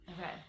Okay